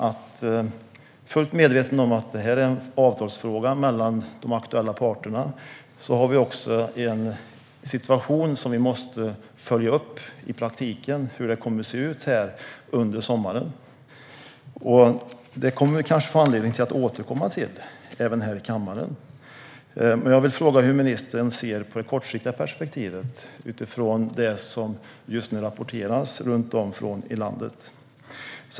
Jag är fullt medveten om att detta är en avtalsfråga mellan de aktuella parterna, men vi har en situation som vi måste följa upp i praktiken - hur det kommer att se ut under sommaren. Det får vi kanske anledning att återkomma till även här i kammaren. Jag vill fråga hur ministern ser på det kortsiktiga perspektivet utifrån det som just nu rapporteras runt om i landet.